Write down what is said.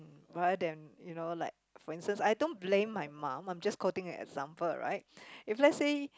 rather than you know like for instance I don't blame my mum I'm just quoting an example right if let's say